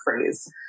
phrase